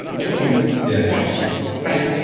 it's been yeah decades, right?